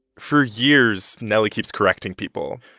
for years, nelly keeps correcting people.